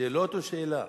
שאלות או שאלה?